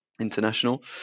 international